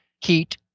heat